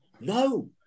no